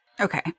Okay